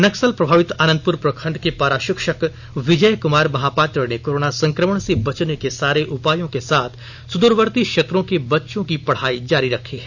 नक्सल प्रभावित आनंदपुर प्रखंड के पारा शिक्षक विजय कुमार महापात्र ने कोरोना संकमण से बचने के सारे उपायों के साथ सुद्रवर्ती क्षेत्रों के बच्चों की पढ़ाई जारी रखी है